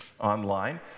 online